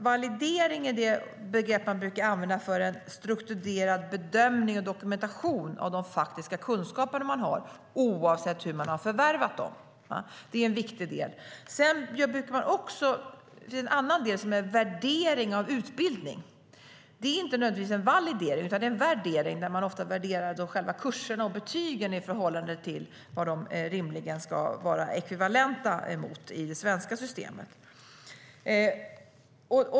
Validering är det begrepp man brukar använda för en strukturerad bedömning och dokumentation av de faktiska kunskaper människor har, oavsett hur de har förvärvat dem. Det är en viktig del. En annan del är värdering av utbildning. Det är inte nödvändigtvis en validering, utan det är en värdering där man ofta värderar själva kurserna och betygen i förhållande till vad de rimligen ska vara ekvivalenta med i det svenska systemet.